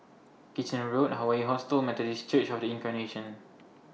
Kitchener Road Hawaii Hostel and Methodist Church of The Incarnation